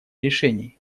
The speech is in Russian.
решений